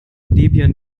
debian